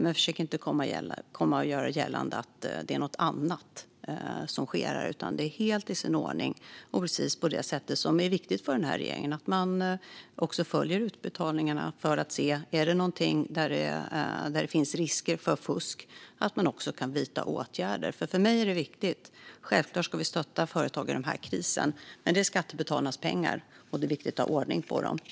Men försök inte komma och göra gällande att det är något annat som sker här, utan det är helt i sin ordning! Det är precis på det sätt som är viktigt för regeringen - att man följer utbetalningarna för att se om det finns risker för fusk och att man kan vidta åtgärder. För mig är detta viktigt. Självfallet ska vi stötta företag i krisen, men det är skattebetalarnas pengar. Det är viktigt att ha ordning på dem.